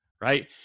right